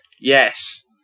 Yes